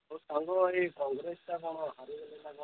ଆଉ ସାଙ୍ଗ ଏ କଂଗ୍ରେସଟା କ'ଣ ହାରିଗଲେ ନା କ'ଣ